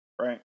right